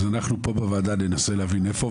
אז אנחנו פה בוועדה ננסה להבין איפה,